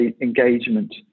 engagement